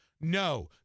No